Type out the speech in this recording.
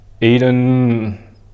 Eden